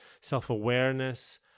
self-awareness